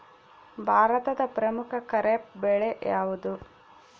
ಭಾರತದ ಪ್ರಮುಖ ಖಾರೇಫ್ ಬೆಳೆ ಯಾವುದು?